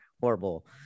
horrible